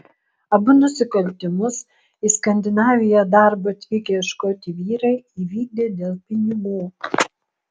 abu nusikaltimus į skandinaviją darbo atvykę ieškoti vyrai įvykdė dėl pinigų